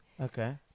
Okay